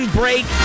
break